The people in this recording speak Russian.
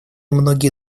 многие